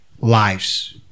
lives